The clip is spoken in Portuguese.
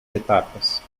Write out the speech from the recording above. etapas